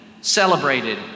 celebrated